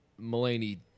Mulaney